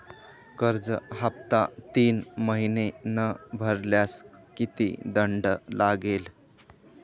कर्ज हफ्ता तीन महिने न भरल्यास किती दंड लागेल?